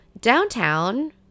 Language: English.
Downtown